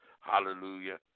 hallelujah